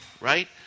right